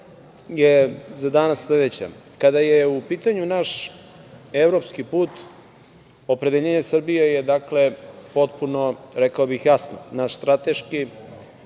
je za danas sledeće. Kada je u pitanju naš evropski put, opredeljenje Srbije je potpuno jasno. Naš strateški